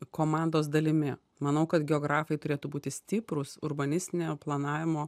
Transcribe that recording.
komandos dalimi manau kad geografai turėtų būti stiprūs urbanistinio planavimo